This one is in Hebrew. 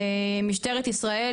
משטרת ישראל,